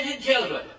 children